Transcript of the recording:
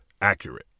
accurate